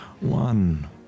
One